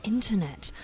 Internet